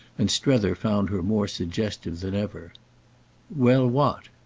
and strether found her more suggestive than ever well, what?